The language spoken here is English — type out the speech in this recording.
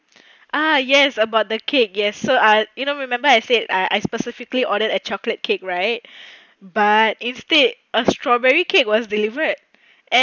ah yes about the cake yes so uh you know remember I said I I specifically ordered a chocolate cake right but instead a strawberry cake was delivered and